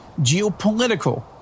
geopolitical